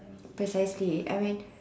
precisely I mean